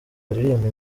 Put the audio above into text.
baririmba